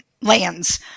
lands